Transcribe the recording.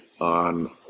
on